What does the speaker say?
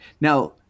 Now